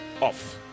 off